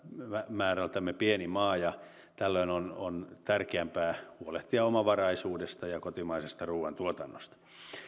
pieni maa ja tällöin on on tärkeämpää huolehtia omavaraisuudesta ja ja kotimaisesta ruuantuotannosta